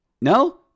No